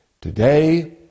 Today